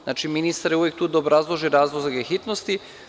Znači, ministar je uvek tu da obrazloži razloge hitnosti.